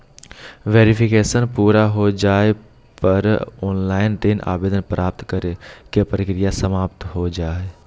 verification पूरा हो जाय पर ऑनलाइन ऋण आवेदन प्राप्त करे के प्रक्रिया समाप्त हो जा हय